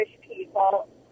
people